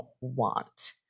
want